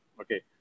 Okay